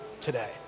today